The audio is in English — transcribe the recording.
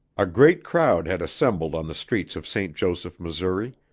a great crowd had assembled on the streets of st. joseph, missouri.